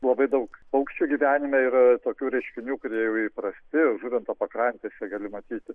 labai daug paukščių gyvenime yra tokių reiškinių kurie jau įprasti žuvinto pakrantėse gali matyti